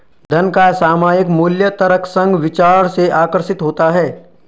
धन का सामयिक मूल्य तर्कसंग विचार से आकर्षित होता है